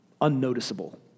unnoticeable